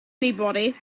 anybody